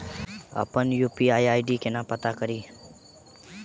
अप्पन UPI ID केना पत्ता कड़ी?